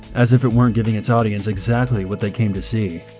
as if it weren't giving its audience exactly what they came to see.